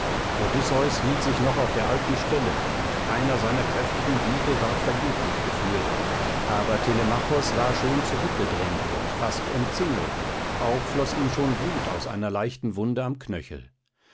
odysseus hielt sich noch auf der alten stelle und keiner seiner kräftigen hiebe ward vergeblich geführt aber telemachos war schon zurückgedrängt und fast umzingelt auch floß ihm schon blut aus einer leichten wunde am knöchel